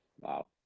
Wow